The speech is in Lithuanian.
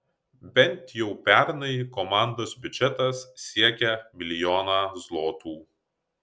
bent jau pernai komandos biudžetas siekė milijoną zlotų